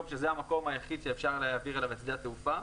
שזה המקום היחיד שאפשר להעביר אליו את שדה התעופה.